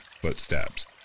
footsteps